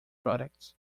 products